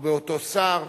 או באותו שר.